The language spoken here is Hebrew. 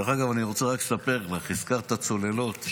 דרך אגב, אני רוצה רק לספר לך, הזכרת את הצוללות.